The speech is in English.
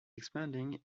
expanding